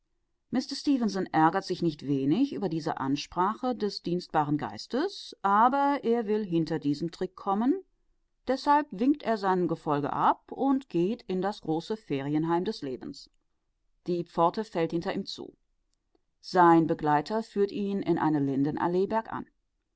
ärgert sich nicht wenig über diese ansprache des dienstbaren geistes aber er will hinter den trick kommen deshalb winkt er seinem gefolge ab und geht in das große ferienheim des lebens die pforte fällt hinter ihm zu sein begleiter führt ihn eine lindenallee bergan